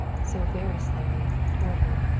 so very slowly, toward her.